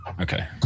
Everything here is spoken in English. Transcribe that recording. Okay